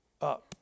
up